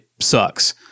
sucks